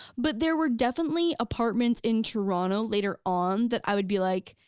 but there were definitely apartments in toronto later on, that i would be like